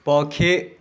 ପକ୍ଷୀ